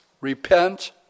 Repent